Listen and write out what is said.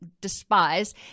despise